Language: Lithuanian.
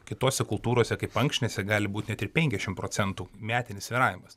kitose kultūrose kaip ankštinėse gali būti net ir penkiasdešimt procentų metinis svyravimas